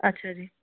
ਅੱਛਾ ਜੀ